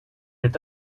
est